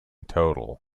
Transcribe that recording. total